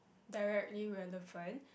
direct irrelevant